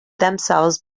themselves